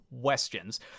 questions